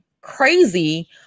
crazy